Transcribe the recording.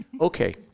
Okay